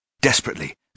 Desperately